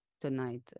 tonight